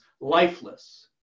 lifeless